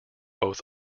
both